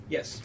Yes